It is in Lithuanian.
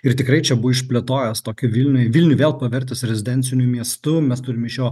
ir tikrai čia buvo išplėtojęs tokį vilniuj vilnių vėl pavertęs rezidenciniu miestu mes turim iš jo